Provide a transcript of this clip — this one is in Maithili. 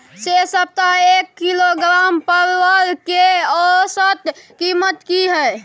ऐ सप्ताह एक किलोग्राम परवल के औसत कीमत कि हय?